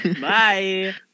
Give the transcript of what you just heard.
Bye